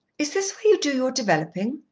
is this where you do your developing?